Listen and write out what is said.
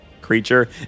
creature